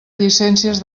llicències